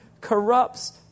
corrupts